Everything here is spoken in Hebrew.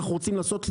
אנחנו רוצים לעשות,